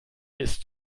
ist